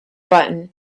button